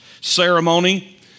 ceremony